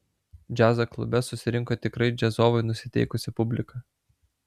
džiazo klube susirinko tikrai džiazovai nusiteikusi publika